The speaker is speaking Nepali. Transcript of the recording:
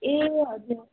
ए हजुर